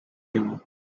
limo